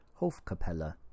Hofkapelle